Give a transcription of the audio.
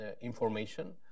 information